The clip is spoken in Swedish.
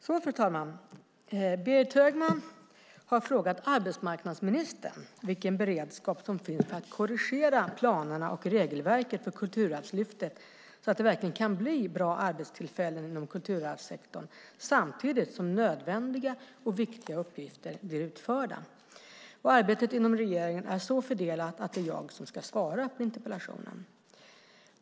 Fru talman! Berit Högman har frågat arbetsmarknadsministern vilken beredskap det finns för att korrigera planerna och regelverket för Kulturarvslyftet så att det verkligen kan bli bra arbetstillfällen inom kulturarvssektorn samtidigt som nödvändiga och viktiga uppgifter blir utförda. Arbetet inom regeringen är så fördelat att det är jag som ska svara på interpellationen.